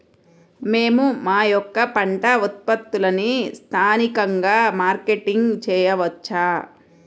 మేము మా యొక్క పంట ఉత్పత్తులని స్థానికంగా మార్కెటింగ్ చేయవచ్చా?